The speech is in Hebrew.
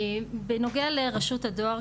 בנוגע לרשות הדואר,